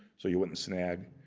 so you wouldn't snag.